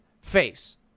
face